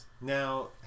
Now